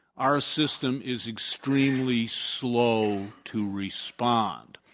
our system is extremely slow to respond.